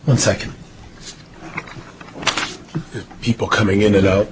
the second people coming in and out